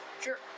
Sure